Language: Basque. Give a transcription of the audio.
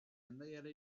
hendaiara